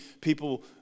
people